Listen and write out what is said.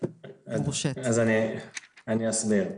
אז אני אסביר.